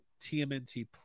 TMNT